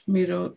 Miro